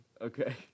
Okay